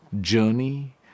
journey